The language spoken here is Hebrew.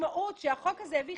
משמעות שהחוק הזה הביא.